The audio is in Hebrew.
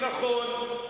נכון,